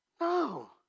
No